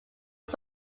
its